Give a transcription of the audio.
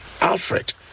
alfred